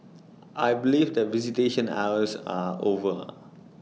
I believe that visitation hours are over